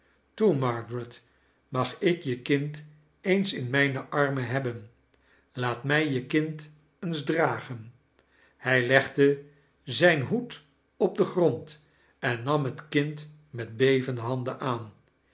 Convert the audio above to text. toe margaret mag ik je kind eens in mijne armen hebben laat mij je kind eens dragen hij legde zijn hoed op den grond en nam het kind met bevende handen aan